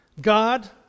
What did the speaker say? God